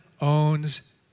owns